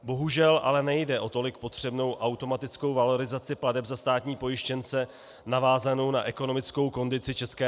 Bohužel ale nejde o tolik potřebnou automatickou valorizaci plateb za státní pojištěnce navázanou na ekonomickou kondici ČR.